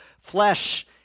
flesh